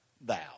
thou